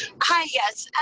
hi. yes,